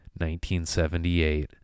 1978